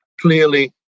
clearly